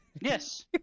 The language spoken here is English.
Yes